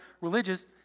religious